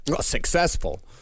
Successful